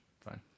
fine